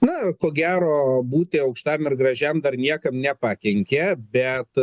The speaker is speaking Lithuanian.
na ko gero būti aukštam ir gražiam dar niekam nepakenkė bet